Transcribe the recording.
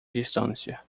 distância